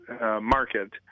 market